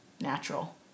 natural